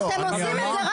אני אמרתי.